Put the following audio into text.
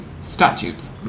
statutes